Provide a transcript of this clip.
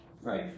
Right